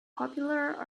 popular